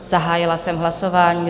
Zahájila jsem hlasování.